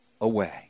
away